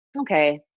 okay